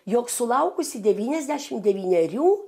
jog sulaukusi devyniasdešimt devynerių